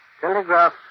telegraph